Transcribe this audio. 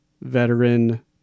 veteran